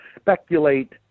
speculate